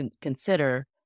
consider